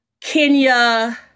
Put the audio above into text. Kenya